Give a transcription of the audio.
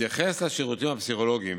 בהתייחס לשירותים הפסיכולוגיים,